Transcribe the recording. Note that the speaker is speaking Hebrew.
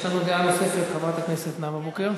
יש לנו דעה נוספת, חברת הכנסת נאוה בוקר?